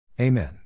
Amen